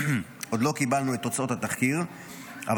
עוד לא קיבלנו את תוצאות התחקיר אבל